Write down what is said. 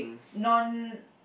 non